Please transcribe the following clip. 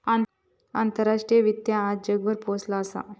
आंतराष्ट्रीय वित्त आज जगभर पोचला असा